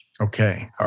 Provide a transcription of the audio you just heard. Okay